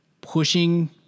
pushing